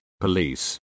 police